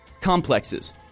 complexes